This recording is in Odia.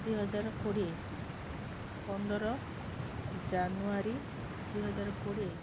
ଦୁଇ ହଜାର କୋଡ଼ିଏ ପନ୍ଦର ଜାନୁଆରୀ ଦୁଇ ହଜାର କୋଡ଼ିଏ